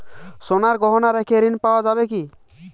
সোনার গহনা রেখে ঋণ পাওয়া যাবে কি?